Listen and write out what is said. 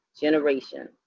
generation